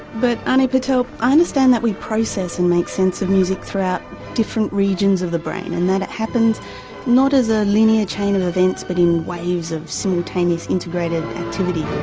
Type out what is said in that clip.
but ani patel i understand that we process and make sense of music throughout different regions of the brain and that it happens not as a linear chain of events but in waves of simultaneous integrated activity.